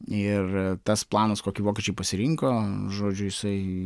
ir tas planas kokį vokiečiai pasirinko žodžiu jisai